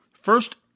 First